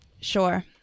Sure